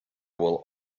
will